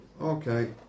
Okay